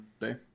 day